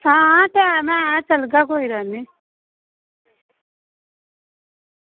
आं टैम ऐ चलगा कोई गल्ल निं